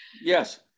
yes